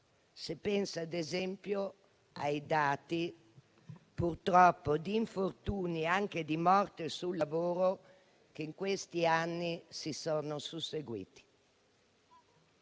se penso, ad esempio, ai dati di infortuni e anche di morti sul lavoro che in questi anni si sono susseguiti.